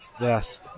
Yes